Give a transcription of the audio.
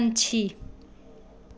ਪੰਛੀ